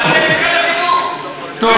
אתם לא שייכים לעניין הזה,